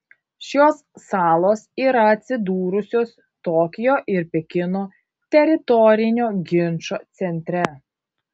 šios salos yra atsidūrusios tokijo ir pekino teritorinio ginčo centre